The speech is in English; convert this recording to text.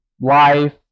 life